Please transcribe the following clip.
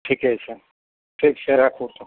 ठीके छै ठीक छै राखू